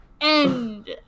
end